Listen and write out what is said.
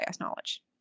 knowledge